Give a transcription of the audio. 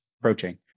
approaching